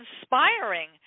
inspiring